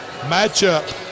matchup